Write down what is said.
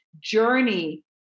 journey